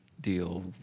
Deal